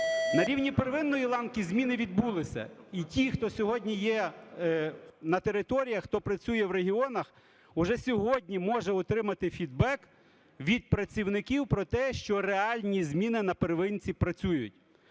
На рівні первинної ланки зміни відбулися. І ті, хто сьогодні є на територіях, хто працює в регіонах, уже сьогодні може отримати фідбек від працівників про те, що реальні зміни на первинці працюють.